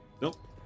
Nope